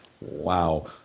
Wow